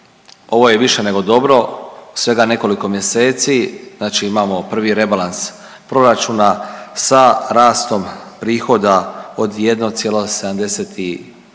ovo je više nego dobro. Svega nekoliko mjeseci. Znači imamo prvi rebalans proračuna sa rastom prihoda od 1,75